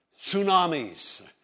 tsunamis